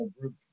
group